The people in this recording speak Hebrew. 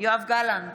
יואב גלנט,